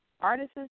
artists